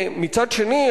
מצד שני,